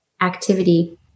activity